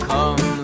Come